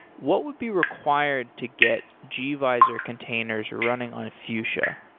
what would be required to get gvisor containers running on fuchsia?